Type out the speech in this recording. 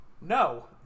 No